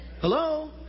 Hello